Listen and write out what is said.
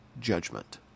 judgment